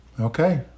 Okay